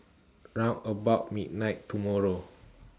round about midnight tomorrow